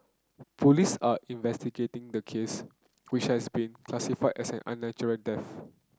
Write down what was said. police are investigating the case which has been classified as an unnatural death